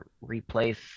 replace